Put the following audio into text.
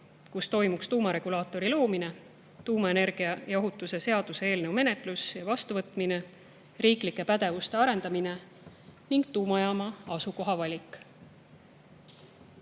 kus toimuks tuumaregulaatori loomine, tuumaenergia ohutuse seaduse eelnõu menetlus ja vastuvõtmine, riiklike pädevuste arendamine ning tuumajaama asukoha valik.